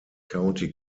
county